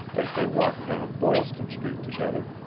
as they walked down boylston street together,